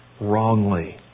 wrongly